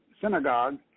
synagogue